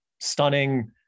stunning